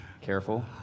Careful